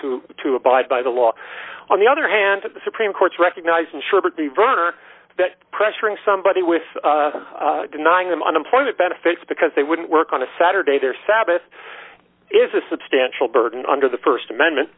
to to abide by the law on the other hand of the supreme court's recognizing sherbert diverter that pressuring somebody with denying them unemployment benefits because they wouldn't work on a saturday their sabbath is a substantial burden under the st amendment